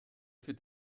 für